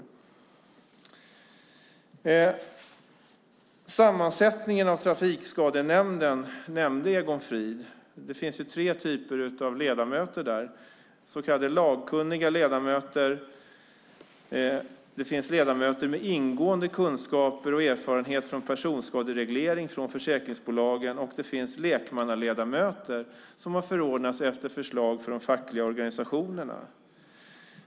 Trafikskadenämndens sammansättning nämnde Egon Frid. Det finns alltså tre typer av ledamöter där: så kallade lagkunniga ledamöter, ledamöter med ingående kunskaper och erfarenhet av personskadereglering från försäkringsbolagen samt lekmannaledamöter som förordnats efter förslag från de fackliga organisationerna.